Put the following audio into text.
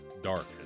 dark